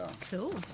Cool